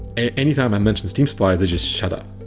anytime i mention steam spy, they just shut up.